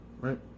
Right